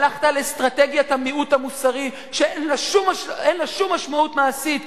הלכת על אסטרטגיית המיעוט המוסרי שאין לו שום משמעות מעשית,